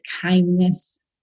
kindness